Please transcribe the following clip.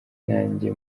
nanjye